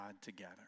together